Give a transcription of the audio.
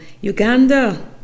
Uganda